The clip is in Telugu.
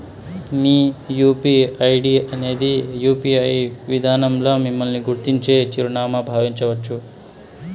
మీ యూ.పీ.ఐ ఐడీ అనేది యూ.పి.ఐ విదానంల మిమ్మల్ని గుర్తించే చిరునామాగా బావించచ్చు